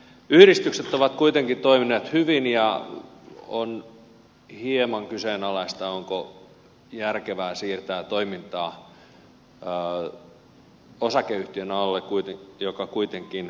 yhdistykset ovat kuitenkin toimineet hyvin ja on hieman kyseenalaista onko järkevää siirtää toimintaa osakeyhtiön alle joka kuitenkin tavoittelee voittoa